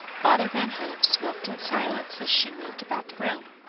father van hove smoked in silence as she moved about the room.